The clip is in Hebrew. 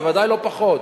בוודאי לא פחות.